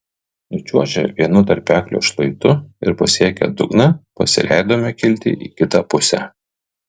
nučiuožę vienu tarpeklio šlaitu ir pasiekę dugną pasileidome kilti į kitą pusę